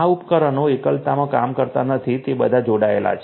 આ ઉપકરણો એકલતામાં કામ કરતા નથી તે બધા જોડાયેલા છે